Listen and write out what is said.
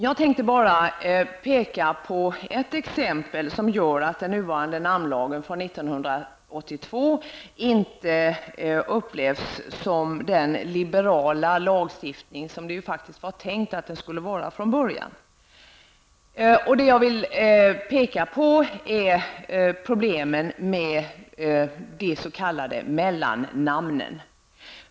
Jag tänkte bara peka på ett exempel som gör att den nuvarande namnlagen från 1982 inte upplevs som den liberala lagstiftning som det faktiskt var tänkt att den skulle vara från början. Jag vill peka på problemen med de s.k. mellannamnen.